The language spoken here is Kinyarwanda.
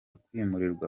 kwimurwa